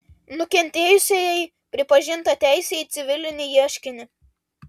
nukentėjusiajai pripažinta teisė į civilinį ieškinį